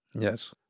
Yes